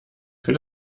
für